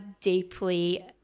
deeply